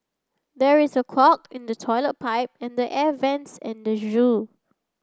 there is a clog in the toilet pipe and the air vents at the zoo